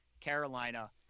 Carolina